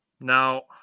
now